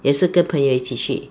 也是跟朋友一起去